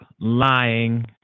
lying